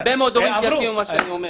יש הרבה מאוד הורים שיסכימו עם מה שאני אומר.